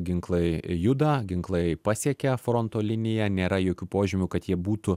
ginklai juda ginklai pasiekia fronto liniją nėra jokių požymių kad jie būtų